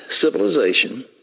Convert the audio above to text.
civilization